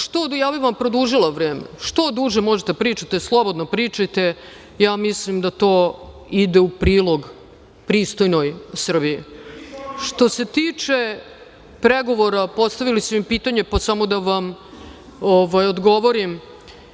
Ja bih vam produžila vreme, što duže možete da pričate, slobodno pričajte, ja mislim da to ide u prilog pristojnoj Srbiji. Što se tiče pregovora, postavili su mi pitanje, pa samo da vam odgovorim,